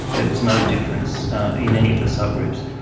there was no difference in any of the subgroups.